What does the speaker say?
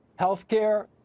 healthcare